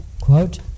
quote